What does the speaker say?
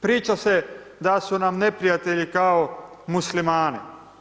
Priča se da su nam neprijatelji kao muslimani.